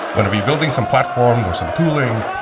whenever you're building some platform or some tooling,